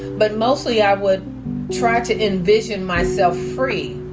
but mostly i would try to envision myself free,